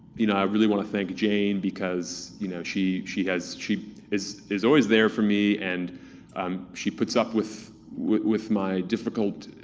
you know i really wanna thank jane because you know she she has. she is is always there for me and um she puts up with with my difficult